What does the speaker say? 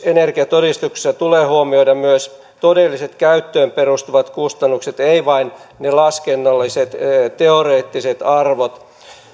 energiatodistuksessa tulee huomioida myös todelliset käyttöön perustuvat kustannukset ei vain ne laskennalliset teoreettiset arvot